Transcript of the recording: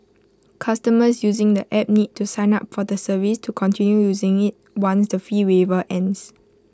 customers using the app need to sign up for the service to continue using IT once the fee waiver ends